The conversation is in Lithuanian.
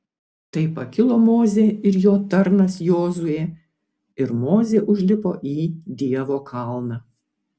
tai pakilo mozė ir jo tarnas jozuė ir mozė užlipo į dievo kalną